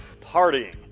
partying